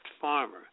farmer